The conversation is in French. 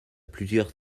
plusieurs